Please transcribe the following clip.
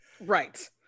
Right